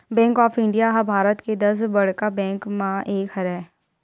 bank of India ह भारत के दस बड़का बेंक मन म एक हरय